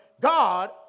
God